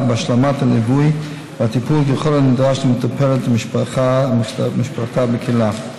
ובהשלמת הליווי והטיפול ככל הנדרש למטופלת ולמשפחתה בקהילה.